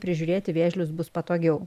prižiūrėti vėžlius bus patogiau